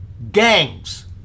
Gangs